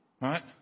right